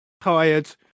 Tired